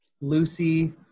Lucy